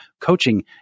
coaching